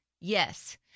Yes